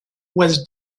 was